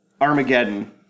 Armageddon